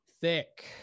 Thick